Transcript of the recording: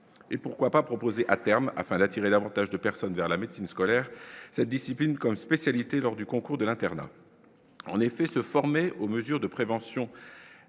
et pourquoi pas proposer à terme afin d'attirer davantage de personnes vers la médecine scolaire, cette discipline comme spécialité lors du concours de l'internat en effet se former aux mesures de prévention